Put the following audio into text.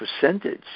percentage